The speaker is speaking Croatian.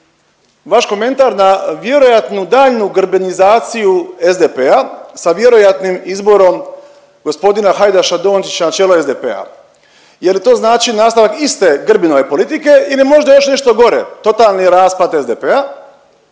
vaš komentar na vjerojatnu daljnju grbenizaciju SDP-a sa vjerojatnim izborom gospodina Hajdaša Dončića na čelo SDP-a. Je li to znači nastavak iste Grbinove politike ili je možda još nešto gore totalni raspad SDP-a.